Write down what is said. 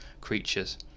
creatures